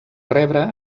rebre